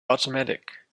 automatic